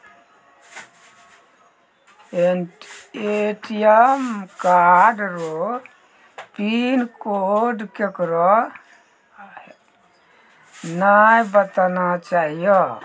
ATM card रो pin code केकरै नाय बताना चाहियो